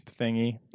thingy